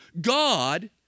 God